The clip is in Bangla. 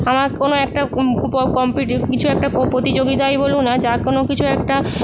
আমার কোন একটা কিছু একটা প্রতিযোগিতাই বলুন আর যা কোন কিছু একটা